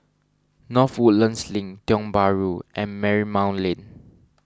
North Woodlands Link Tiong Bahru and Marymount Lane